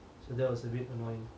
so that was a bit annoying